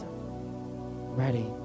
Ready